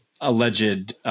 alleged –